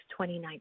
2019